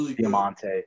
Diamante